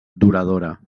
duradora